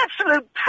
absolute